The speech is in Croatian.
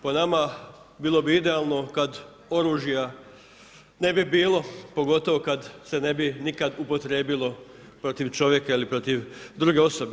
Po nama bilo bi idealno kada oružja ne bi bilo, pogotovo kada se ne bi nikada upotrijebilo protiv čovjeka ili protiv druge osobe.